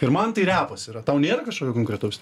ir man tai repas yra tau nėra kašokio konkretaus